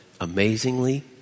amazingly